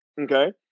okay